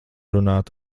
runāt